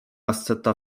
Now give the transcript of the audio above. asceta